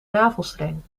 navelstreng